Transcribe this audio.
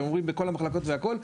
והם עוברים בכל המחלקות והכל,